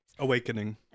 Awakening